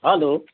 hello